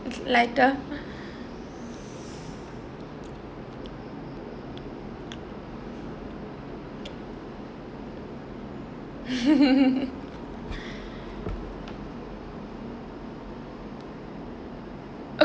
okay lighter